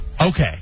Okay